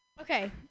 Okay